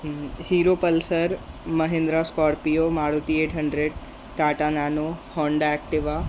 hero Pulsar Mahindra Scorpio Maruti eight hundred Tata Nano Honda Activa